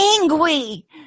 angry